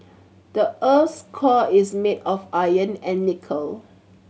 the earth's core is made of iron and nickel